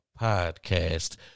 podcast